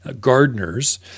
gardeners